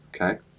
okay